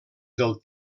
del